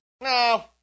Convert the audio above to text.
No